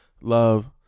Love